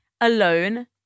alone